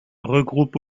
regroupe